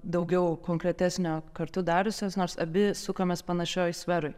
daugiau konkretesnio kartu dariusios nors abi sukomės panašioj sferoj